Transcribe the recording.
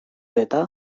eta